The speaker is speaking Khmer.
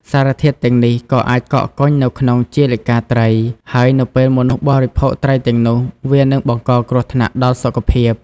សារធាតុទាំងនេះក៏អាចកកកុញនៅក្នុងជាលិកាត្រី ហើយនៅពេលមនុស្សបរិភោគត្រីទាំងនោះ វានឹងបង្កគ្រោះថ្នាក់ដល់សុខភាព។